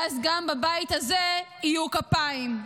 ואז גם בבית הזה יהיו כפיים.